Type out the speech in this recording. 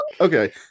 Okay